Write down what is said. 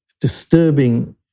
disturbing